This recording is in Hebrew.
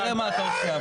תראה מה אתה עושה.